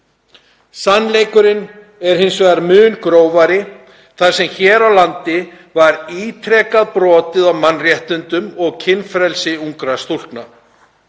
Sannleikurinn er hins vegar mun grófari þar sem hér á landi var ítrekað brotið á mannréttindum og kynfrelsi ungra stúlkna.